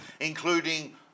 including